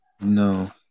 No